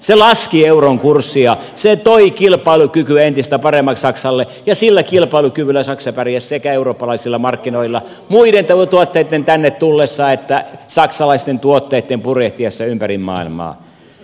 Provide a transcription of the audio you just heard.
se laski euron kurssia se toi kilpailukykyä entistä paremmaksi saksalle ja sillä kilpailukyvyllä saksa pärjäsi sekä eurooppalaisilla markkinoilla muiden tuotteitten tänne tullessa että saksalaisten tuotteitten purjehtiessa ympäri maailmaa